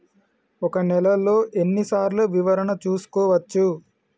ఒక నెలలో ఎన్ని సార్లు వివరణ చూసుకోవచ్చు?